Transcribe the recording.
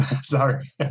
Sorry